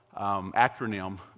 acronym